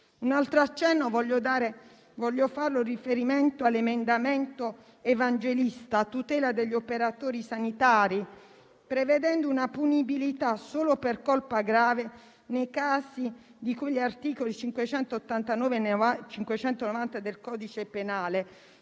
Un altro accenno vorrei farlo in riferimento all'emendamento della senatrice Evangelista, a tutela degli operatori sanitari, prevedendo la punibilità solo per colpa grave nei casi di cui agli articoli 589 e 590 del codice penale,